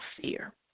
fear